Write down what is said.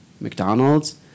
McDonald's